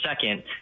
second